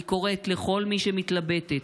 אני קוראת לכל מי שמתלבטת,